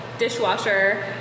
Dishwasher